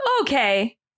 Okay